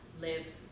live